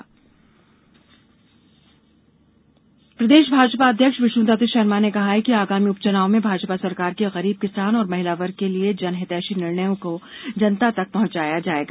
BJP प्रदेश भाजपा अध्यक्ष विष्णुदत्त शर्मा ने कहा है कि आगामी उपचुनाव में भाजपा सरकार के गरीब किसान और महिला वर्ग के लिए जनहितैषी निर्णयों को जनता तक पहॅचाया जायेगा